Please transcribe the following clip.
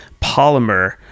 polymer